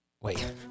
Wait